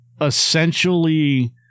essentially